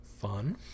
Fun